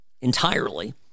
entirely